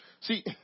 See